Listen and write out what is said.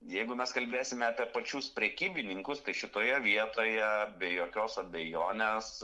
jeigu mes kalbėsime apie pačius prekybininkus tai šitoje vietoje be jokios abejonės